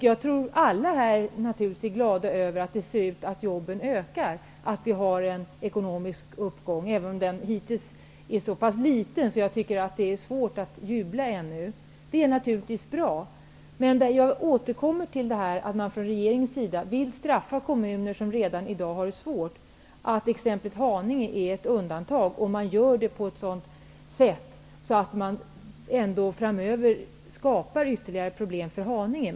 Jag är säker på att alla är glada över att det verkar som att antalet jobb nu ökar och att vi har en ekonomisk uppgång, även om den hittills är så pass liten att jag finner det svårt att redan nu jubla. Jag återkommer till att man från regeringens sida straffar kommuner som redan i dag har det svårt. Haninge kommun är ett undantag. Men det görs på ett sådant sätt att det för Haninge skapas ytterligare problem.